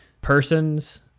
Persons